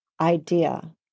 idea